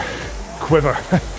quiver